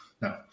No